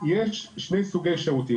יש שני סוגי שירותים,